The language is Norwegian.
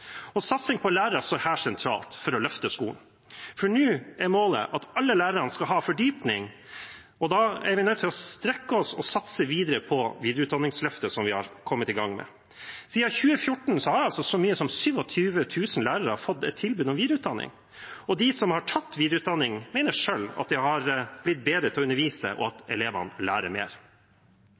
skikkelig. Satsing på lærere står her sentralt for å løfte skolen, for nå er målet at alle lærerne skal ha fordypning. Da er vi nødt til å strekke oss og satse videre på videreutdanningsløftet, som vi har kommet i gang med. Siden 2014 har så mange som 27 000 lærere fått et tilbud om videreutdanning, og de som har tatt videreutdanning, mener selv at de har blitt bedre til å undervise, og at elevene lærer mer.